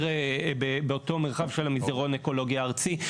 באותו מרחב של המסדרון האקולוגי הארצי.